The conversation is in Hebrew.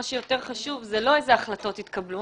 מה שיותר חשוב זה לא אילו החלטות התקבלו.